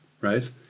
right